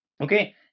okay